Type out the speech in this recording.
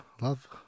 love